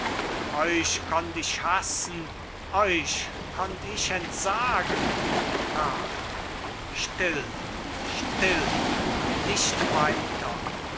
euch konnt ich hassen euch konnt ich entsagen karl still still nicht weiter